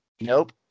nope